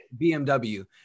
BMW